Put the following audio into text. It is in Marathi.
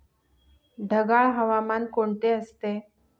ढगाळ हवामान कोणते असते?